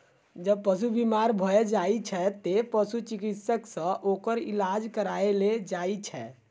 जब पशु बीमार भए जाइ छै, तें पशु चिकित्सक सं ओकर इलाज कराएल जाइ छै